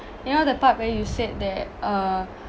you know the part where you said that uh